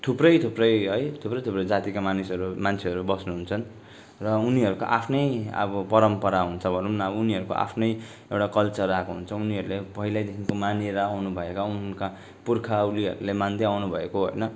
थुप्रै थुप्रै है थुप्रै थुप्रै जातिका मानिसहरू मान्छेहरू बस्नु हुन्छ्न् र उनीहरूको आफ्नै अब परम्परा हुन्छ भनौँ न उनीहरूको आफ्नै एउटा कल्चर आएको हुन्छ उनीहरूले पहिल्यैदेखिको मानेर आउनु भएका उनका पुर्खौलीहरूले मान्दै आउनु भएको होइन